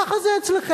ככה זה אצלכם,